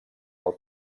del